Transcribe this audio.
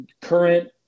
current